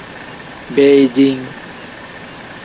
Beijing